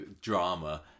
drama